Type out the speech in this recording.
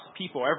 people